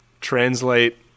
translate